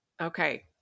okay